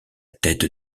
tête